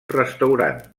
restaurant